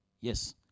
Yes